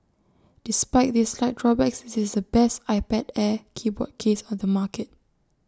despite these slight drawbacks this is the best iPad air keyboard case on the market